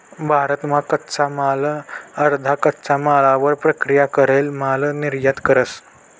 भारत मा कच्चा माल अर्धा कच्चा मालवर प्रक्रिया करेल माल निर्यात करस